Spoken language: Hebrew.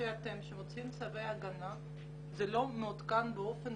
שאתם מוציאים צווי הגנה וזה לא מעודכן באופן